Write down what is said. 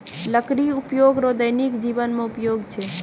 लकड़ी उपयोग रो दैनिक जिवन मे उपयोग छै